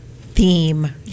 theme